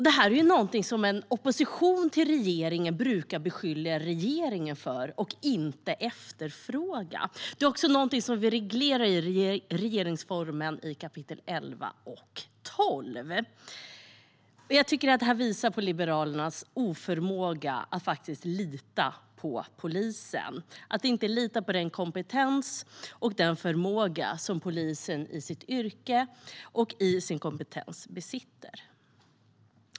Det är något som en opposition till regeringen brukar beskylla regeringen för och inte efterfråga. Det är också något som regleras i regeringsformen i kap. 11 och 12. Detta visar på Liberalernas oförmåga att faktiskt lita på polisen, att inte lita på den kompetens och förmåga som poliserna yrkesmässigt besitter.